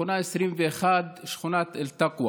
לשכונה 21, שכונת אל-תקווה.